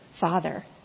Father